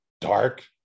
dark